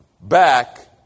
back